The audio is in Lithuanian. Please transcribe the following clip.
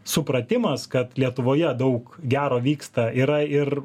supratimas kad lietuvoje daug gero vyksta yra ir